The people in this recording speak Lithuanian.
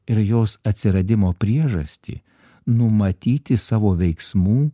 ir jos atsiradimo priežastį numatyti savo veiksmų